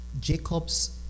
Jacob's